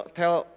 tell